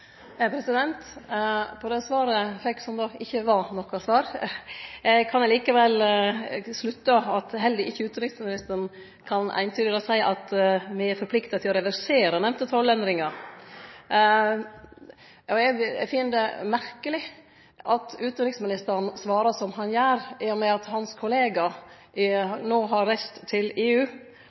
var noko svar, kan eg likevel slutte at heller ikkje utanriksministeren eintydig kan seie at me er forplikta til å reversere den nemnde tollendringa. Eg finn det merkeleg at utanriksministeren svarar som han gjer, i og med at hans kollega no har reist til EU